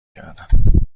کردم